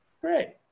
Great